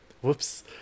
Whoops